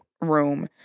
room